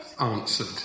answered